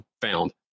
found